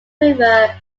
river